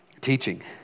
teaching